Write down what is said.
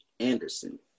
Anderson